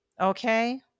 okay